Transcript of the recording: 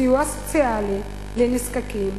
סיוע סוציאלי לנזקקים